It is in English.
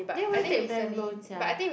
then why take bank loan sia